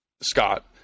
Scott